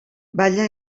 balla